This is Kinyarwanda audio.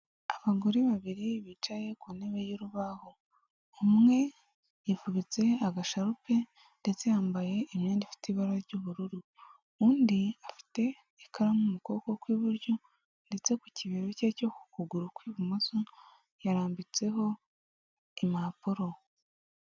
Abagore babiri bicaye ku ntebe y'urubaho. Umwe yifubitse agasharupe ndetse yambaye imyenda ifite ibara ry'ubururu. Undi afite ikaramu mu kuboko kw'iburyo ndetse ku kibero cye cyo ku kuguru kw'ibumoso yarambitseho impapuro.